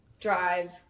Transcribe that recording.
drive